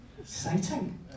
exciting